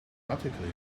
automatically